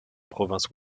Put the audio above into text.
provinces